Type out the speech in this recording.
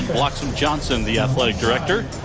like so johnson the athletic director.